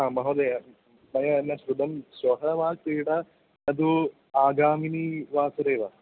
महोदय मया न श्रुतं श्वः वा क्रीडा न तु आगामिनी वासरे वा